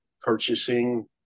purchasing